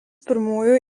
pirmųjų